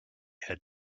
had